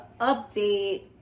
update